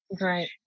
Right